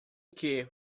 que